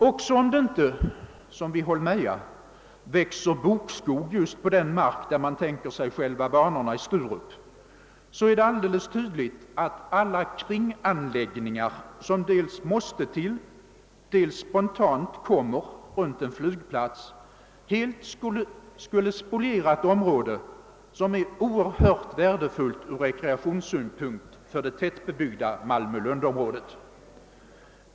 Också om det inte, som vid Holmeja, växer bokskog just på den mark där man tänker sig själva banorna i Sturup, är det alldeles tydligt att alla kringanläggningar som dels måste till, dels spontant uppkommer runt en flygplats helt skulle spoliera ett område, som är oerhört värdefullt från rekreationssynpunkt för den tättbebyggda Malmö Lund-regionen.